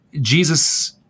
Jesus